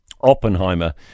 Oppenheimer